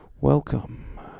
Welcome